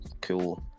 Cool